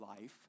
life